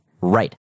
Right